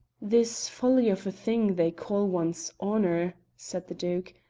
this folly of a thing they call one's honour, said the duke,